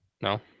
No